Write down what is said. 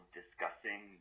discussing